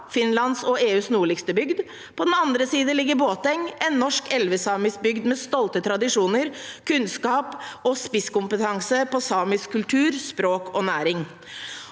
Finlands og EUs nordligste bygd, på den andre ligger Båteng, en norsk elvesamisk bygd med stolte tradisjoner, kunnskap og spisskompetanse på samisk kultur, språk og næring.